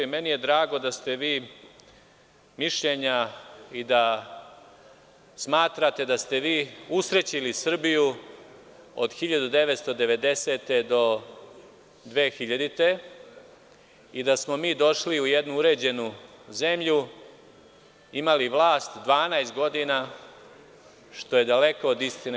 Drago mi je da ste vi mišljenja i da smatrate da ste vi usrećili Srbiju od 1990. do 2000. godine i da smo mi došli u jednu uređenu zemlju, imali vlast 12 godina, što je daleko od istine.